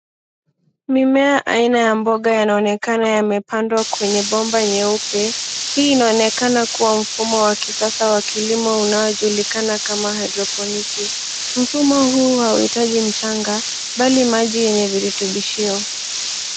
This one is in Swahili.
Mimea aina ya mboga yanaonekana yamepandwa kwenye bomba nyeupe. Hii inaonekana kuwa mfumo wa kisasa wa kilimo unaojulikana kama hydroponiki. Mfumo huu hauhituji mchanga bali maji yenye virutubishio.